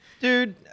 Dude